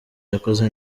yakoze